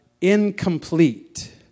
incomplete